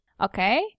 Okay